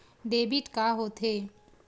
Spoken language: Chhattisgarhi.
डेबिट का होथे?